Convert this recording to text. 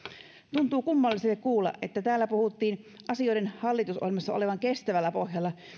tuntuu kummalliselle kuulla että täällä puhuttiin asioiden olevan hallitusohjelmassa kestävällä pohjalla